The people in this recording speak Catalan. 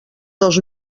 dos